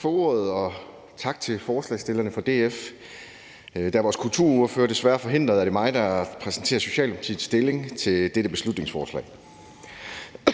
Tak for ordet, og tak til forslagsstillerne fra DF. Da vores kulturordfører desværre er forhindret, er det mig, der præsenterer Socialdemokratiets stilling til dette beslutningsforslag.